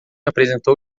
apresentou